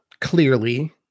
clearly